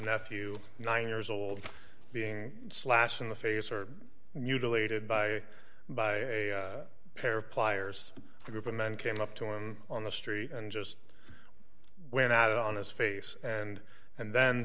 nephew nine years old being slashed in the face or mutilated by by a pair of pliers a group of men came up to him on the street and just went out on his face and and then